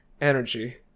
energy